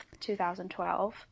2012